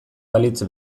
balitz